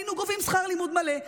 היינו גובים שכר לימוד מלא,